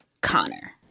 Connor